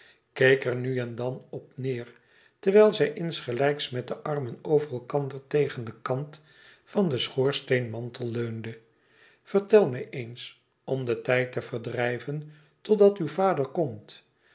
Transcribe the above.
keek er nu en dan op deer terwijl zij insgelijks met de armen over elkander tegen den kant van den schoorsteenmantel leunde vertel mij eens om den tijd te verdrijven totdat uw vader komt